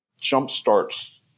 jumpstarts